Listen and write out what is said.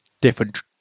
different